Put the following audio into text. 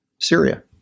Syria